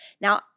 Now